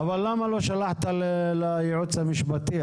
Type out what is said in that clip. אבל למה לא שלחת לייעוץ המשפטי?